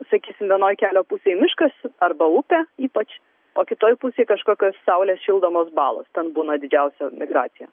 sakysim vienoj kelio pusėj miškas arba upė ypač o kitoj pusėj kažkokios saulės šildomos balos ten būna didžiausia migracija